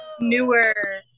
Newer